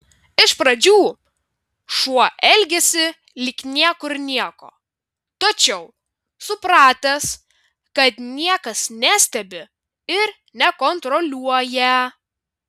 iš pradžių šuo elgiasi lyg niekur nieko tačiau supratęs kad niekas nestebi ir nekontroliuoja